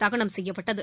தகனம் செய்யப்பட்டது